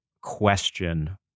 question